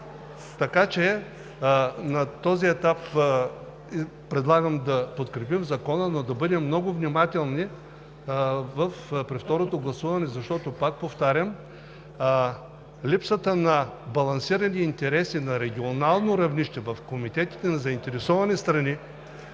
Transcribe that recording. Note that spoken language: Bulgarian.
Така че на този етап предлагам да подкрепим Закона, но да бъдем много внимателни при второто гласуване, защото, пак повтарям, липсата на балансирани интереси на регионално равнище в комитетите на заинтересованите страни,